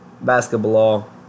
Basketball